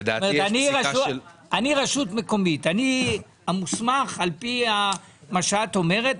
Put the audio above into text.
אני רשות מקומית; על פי מה שאת אומרת,